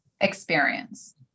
experience